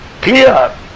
clear